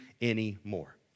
anymore